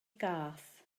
gath